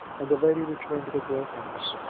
and the lady returned to the great house,